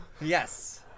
Yes